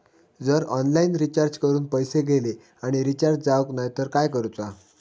जर online recharge करून पैसे गेले आणि रिचार्ज जावक नाय तर काय करूचा?